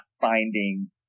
finding